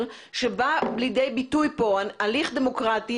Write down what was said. כאשר כאן בא לידי ביטוי הליך דמוקרטי,